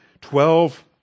Twelve